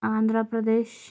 Andhra Pradesh